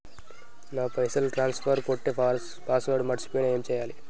నా పైసల్ ట్రాన్స్ఫర్ కొట్టే పాస్వర్డ్ మర్చిపోయిన ఏం చేయాలి?